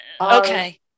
okay